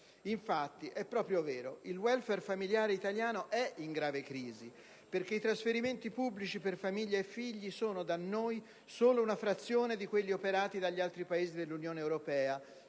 Infatti, è proprio vero: il *welfare* familiare italiano è in grave crisi, perché i trasferimenti pubblici per famiglia e figli sono, da noi, solo una frazione di quelli operati dagli altri paesi dell'Unione europea